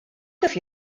kif